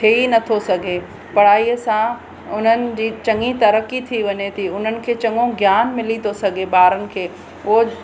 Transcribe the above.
थे ई नथो सघे पढ़ाईअ सां हुननि जी चङी तरक़ी थी वञे थी हुननि खे चङो ज्ञानु मिली थो सघे ॿारनि खे पोइ